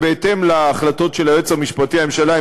ובהתאם להחלטות של היועץ המשפטי לממשלה,